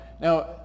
Now